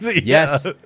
yes